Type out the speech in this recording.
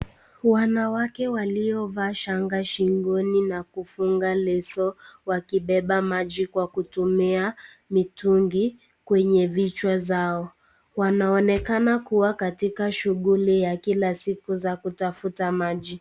Wanawake waliovaa shanga shingoni na kufunga leso, wakibeba maji kwa kutumia mitungi kwenye vichwa zao. Wanaonekana kuwa katika shughuli ya kila siku za kutafuta maji.